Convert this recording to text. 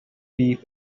beef